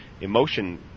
Emotion